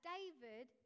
David